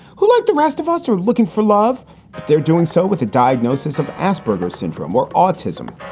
who, like the rest of us, are looking for love but they're doing so with a diagnosis of asperger's syndrome or autism.